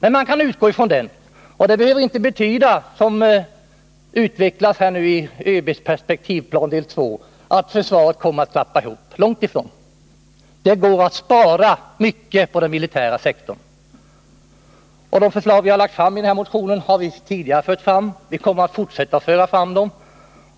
Men man kan utgå från den nivån, och det behöver inte betyda, såsom utvecklas i ÖB:s perspektivplan del 2, att försvaret kommer att klappa ihop. Långtifrån: det går att spara mycket på den militära sektorn. De förslag som vi lagt fram i motionen har vi tidigare fört fram, och vi kommer att fortsätta att föra fram dem.